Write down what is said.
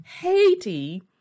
Haiti